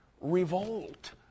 revolt